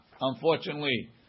Unfortunately